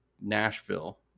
nashville